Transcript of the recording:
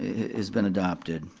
has been adopted.